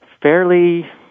fairly